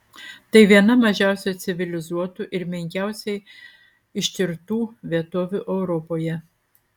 tai viena mažiausiai civilizuotų ir menkiausiai ištirtų vietovių europoje